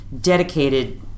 dedicated